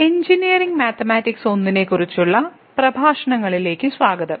engineering mathematics 1 നെക്കുറിച്ചുള്ള പ്രഭാഷണങ്ങളിലേക്ക് സ്വാഗതം